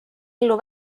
ellu